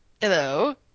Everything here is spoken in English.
Hello